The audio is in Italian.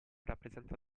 rappresenta